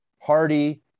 Hardy